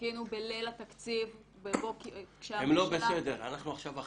אנחנו עכשיו אחרי.